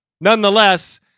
Nonetheless